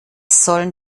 sollen